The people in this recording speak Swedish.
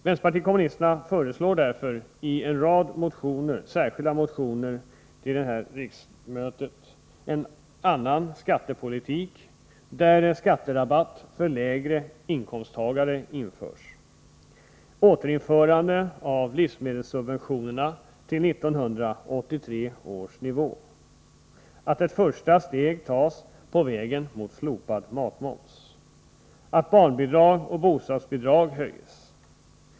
Vänsterpartiet kommunisterna föreslår därför i en rad särskilda motioner till det här riksmötet en annan skattepolitik än den nuvarande där en skatterabatt för lägre inkomsttagare införs, återställande av livsmedelssubventionerna till 1983 års nivå, att ett första steg tas på vägen mot slopad matmoms, att barnbidrag och bostadsbidrag höjs.